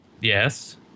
Yes